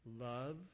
Love